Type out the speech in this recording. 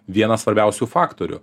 vienas svarbiausių faktorių